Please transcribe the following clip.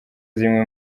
zimwe